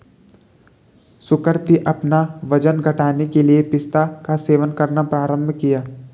सुकृति अपना वजन घटाने के लिए पिस्ता का सेवन करना प्रारंभ किया